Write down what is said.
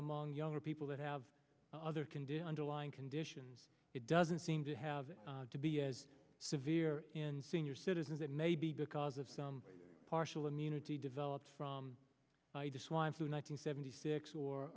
among younger people that have other can do underline conditions it doesn't seem to have to be as severe in senior citizens it may be because of some partial immunity develops from i just want to nine hundred seventy six or